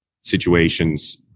situations